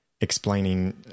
explaining